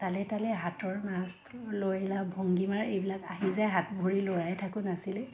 তালে তালে হাতৰ নাচ লয়লাস ভংগীমাৰ এইবিলাক আহি যায় হাত ভৰি লৰাই থাকোঁ নাচিলে